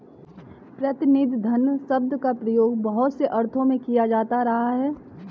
प्रतिनिधि धन शब्द का प्रयोग बहुत से अर्थों में किया जाता रहा है